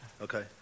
Okay